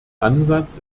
ansatz